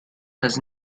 has